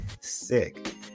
sick